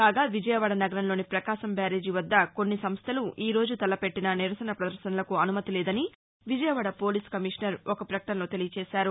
కాగా విజయవాడ నగరంలోని పకాశం బ్యారేజి వద్ద కొన్ని సంస్టలు ఈరోజు తలపెట్టిన నిరసన ప్రదర్శనలకు అనుమతి లేదని విజయవాడ పోలీస్ కమీషనర్ ఒక ప్రకటనలో తెలిపారు